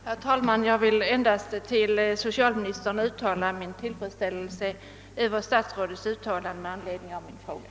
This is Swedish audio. Herr talman! Jag vill endast till socialministern uttala min tillfredsställelse över statsrådets uttalande med anledning av min fråga.